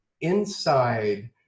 inside